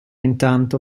intanto